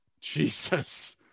Jesus